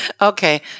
Okay